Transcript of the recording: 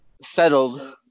settled